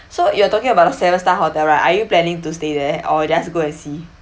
so you are talking about of the seven star hotel right are you planning to stay there or just go and see